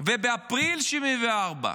ובאפריל 1974,